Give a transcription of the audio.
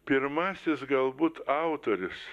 pirmasis galbūt autorius